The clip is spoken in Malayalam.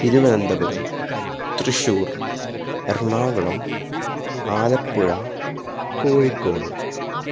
തിരുവനന്തപുരം തൃശ്ശൂർ എറണാകുളം ആലപ്പുഴ കോഴിക്കോട്